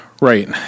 Right